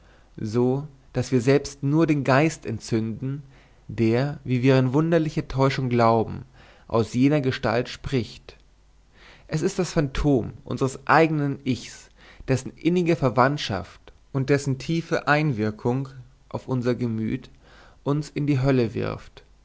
so daß wir selbst nur den geist entzünden der wie wir in wunderlicher täuschung glauben aus jener gestalt spricht es ist das phantom unseres eigenen ichs dessen innige verwandtschaft und dessen tiefe einwirkung auf unser gemüt uns in die hölle wirft